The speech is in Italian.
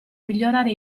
migliorare